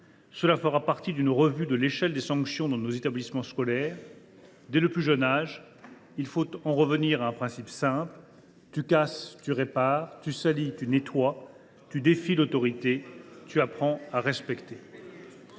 peine fera partie d’une revue de l’échelle des sanctions dans nos établissements scolaires. Dès le plus jeune âge, il faut en revenir à un principe simple : “Tu casses, tu répares ; tu salis, tu nettoies ; tu défies l’autorité, tu apprends à la respecter.”